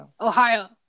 ohio